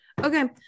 Okay